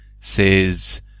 says